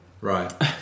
right